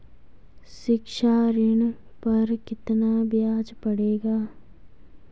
शिक्षा ऋण पर कितना ब्याज पड़ेगा?